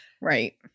Right